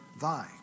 thy